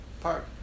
Park